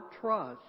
trust